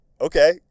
Okay